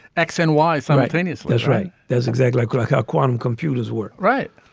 x and y so i tenuousness, right? that's exactly correct. quantum computers work. right.